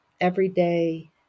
everyday